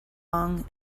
long